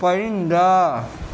پرندہ